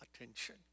attention